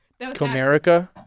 comerica